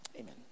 Amen